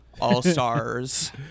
all-stars